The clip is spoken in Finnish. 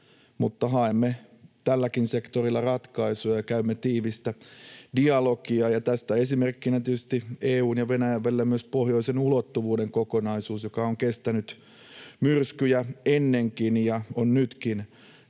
haemme tälläkin sektorilla ratkaisuja ja käymme tiivistä dialogia. Tästä on esimerkkinä tietysti EU:n ja Venäjän välillä myös pohjoisen ulottuvuuden kokonaisuus, joka on kestänyt myrskyjä ennenkin ja on nytkin työkalu,